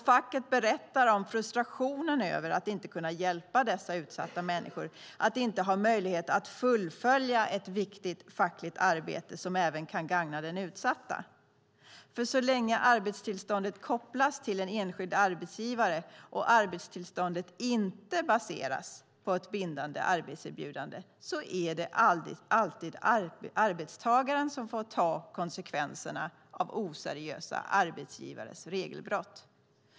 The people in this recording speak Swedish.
Facket berättar om frustrationen över att inte kunna hjälpa dessa utsatta människor, att inte ha möjlighet att fullfölja ett viktigt fackligt arbete som även kan gagna den utsatta. Så länge arbetstillståndet kopplas till en enskild arbetsgivare och arbetstillståndet inte baseras på ett bindande arbetserbjudande är det alltid arbetstagaren som får ta konsekvenserna av oseriösa arbetsgivares regelbrott.